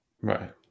Right